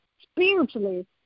spiritually